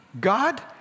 God